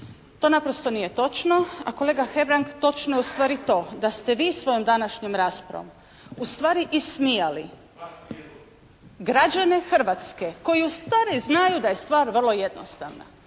To naprosto nije točno. A kolega Hebrang točno je ustvari to da ste vi svojom današnjom raspravom ustvari ismijali građane Hrvatske koji ustvari znaju da je stvar vrlo jednostavna.